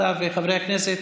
אתה וחברי הכנסת,